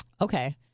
Okay